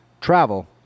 travel